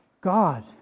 God